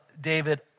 David